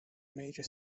major